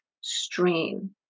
strain